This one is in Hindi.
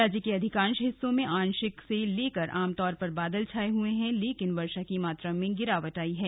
राज्य के अधिकांश हिस्सों में आंशिक से लेकर आमतौर पर बादल छाए हए हैं लेकिन वर्षा की मात्रा में गिरावट आई है